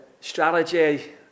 strategy